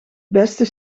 beste